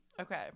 Okay